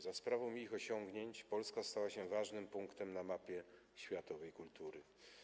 Za sprawą ich osiągnięć Polska stała się ważnym punktem na mapie światowej kultury.